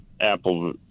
apple